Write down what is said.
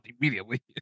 Immediately